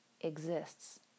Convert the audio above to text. exists